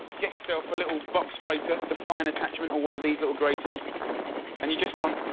get yourself a little box grater, the fine attachment on one of these little graters and you just want,